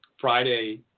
Friday